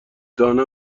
دانه